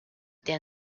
der